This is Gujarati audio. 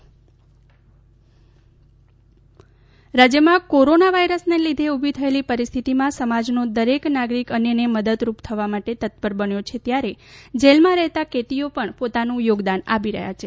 માસ્ક સાબરમતી જેલ રાજ્યમાં કોરોના વાયરસને લીધે ઉભી થયેલી પરિસ્થિતિમાં સમાજનો દરેક નાગરીક અન્યને મદદરૂપ થવા માટે તત્પર બન્યો છે ત્યારે જેલમાં રહેલા કેદીઓ પણ આ પોતાનું યોગદાન આપી રહ્યા છે